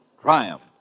Triumph